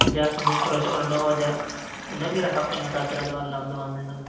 ᱡᱟ ᱥᱩᱱᱩᱢ ᱠᱷᱚᱨᱚᱪᱚᱜ ᱠᱟᱱᱟ ᱩᱱᱟᱹᱜ ᱜᱮ ᱨᱟᱠᱟᱯ ᱠᱟᱱᱟ ᱡᱟᱦᱟᱸᱱᱟᱜ ᱞᱟᱵ ᱫᱚ ᱵᱟᱝ ᱛᱟᱦᱮᱸᱱ ᱠᱟᱱᱟ